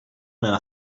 nella